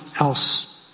else